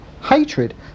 hatred